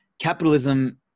Capitalism